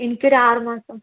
എനിക്ക് ഒരു ആറ് മാസം